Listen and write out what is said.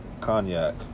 Cognac